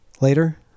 later